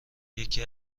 یکی